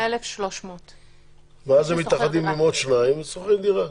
הם מקבלים 1,300. ואז הם מתאחדים עם עוד שניים ושוכרים דירה.